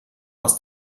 aus